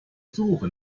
suche